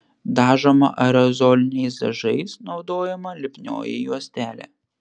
dažoma aerozoliniais dažais naudojama lipnioji juostelė